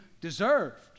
deserved